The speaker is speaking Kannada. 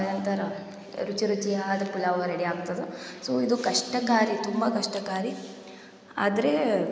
ಎಂಥರ ರುಚಿ ರುಚಿಯಾದ ಪುಲವಾ ರೆಡಿ ಆಗ್ತದೆ ಸೊ ಇದು ಕಷ್ಟಕಾರಿ ತುಂಬ ಕಷ್ಟಕಾರಿ ಆದರೆ